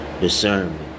discernment